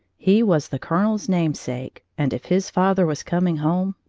he was the colonel's namesake, and if his father was coming home,